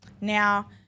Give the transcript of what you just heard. Now